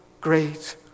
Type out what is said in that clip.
great